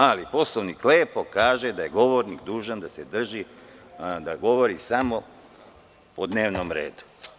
Ali, Poslovnik lepo kaže da je govornik dužan da govori samo o dnevnom redu.